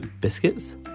biscuits